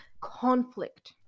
conflict